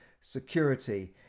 security